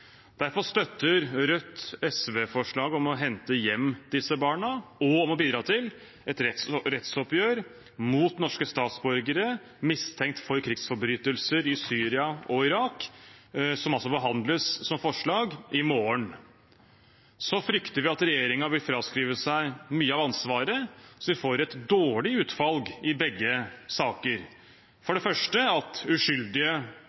Derfor støtter Rødt SVs forslag om å hente hjem disse barna, og om å bidra til et rettsoppgjør mot norske statsborgere mistenkt for krigsforbrytelser i Syria og i Irak, som altså behandles som forslag i morgen. Vi frykter at regjeringen vil fraskrive seg mye av ansvaret, så vi får et dårlig utfall i begge saker – for det første at norske uskyldige